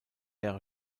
jahre